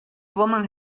woman